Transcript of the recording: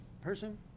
person